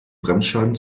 bremsscheiben